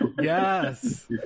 Yes